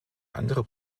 andere